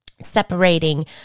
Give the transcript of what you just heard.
separating